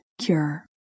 cure